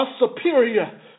superior